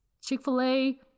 Chick-fil-A